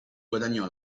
guadagnò